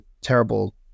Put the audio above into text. terrible